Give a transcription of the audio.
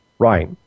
Right